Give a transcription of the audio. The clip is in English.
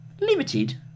limited